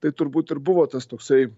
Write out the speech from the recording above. tai turbūt ir buvo tas toksai